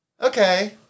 Okay